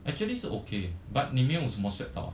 actually 是 okay but 你没有什么 sweat 到啊